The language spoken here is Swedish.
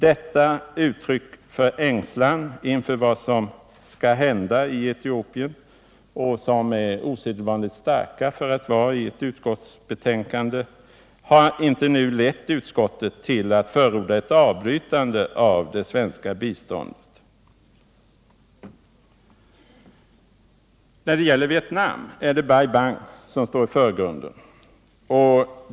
Dessa uttryck för ängslan inför vad som skall hända i Etiopien — som är osedvanligt starka för att stå i ett utskottsbetänkande — har inte nu lett utskottet till att förorda ett avbrytande av det svenska biståndet. När det gäller Vietnam är det Bai Bang som står i förgrunden.